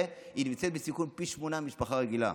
נמצאת בסיכון פי שמונה ממשפחה רגילה.